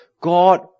God